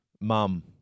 Mum